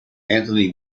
anthony